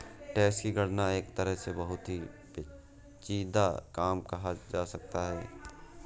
tax की गणना एक तरह से बहुत ही पेचीदा काम कहा जा सकता है